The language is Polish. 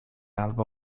albo